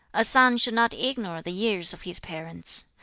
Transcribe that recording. a son should not ignore the years of his parents.